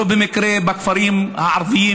לא במקרה בכפרים הדרוזיים